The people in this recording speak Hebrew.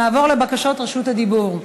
נעבור לבקשות רשות הדיבור.